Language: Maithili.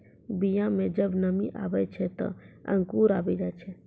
बीया म जब नमी आवै छै, त अंकुर आवि जाय छै